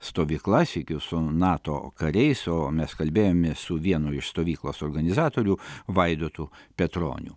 stovykla sykiu su nato kariais o mes kalbėjomės su vienu iš stovyklos organizatorių vaidotu petroniu